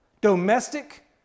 domestic